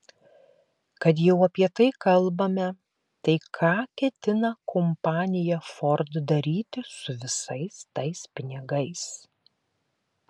kad jau apie tai kalbame tai ką ketina kompanija ford daryti su visais tais pinigais